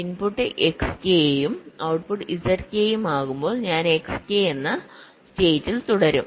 input Xk ഉം output Zk ഉം ആകുമ്പോൾ ഞാൻ Xk എന്ന സ്റ്റേറ്റിൽ തുടരും